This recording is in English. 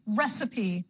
recipe